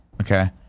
okay